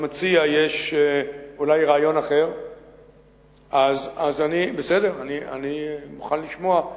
למציע יש אולי רעיון אחר ואני מוכן לשמוע.